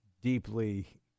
Deeply